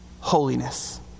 holiness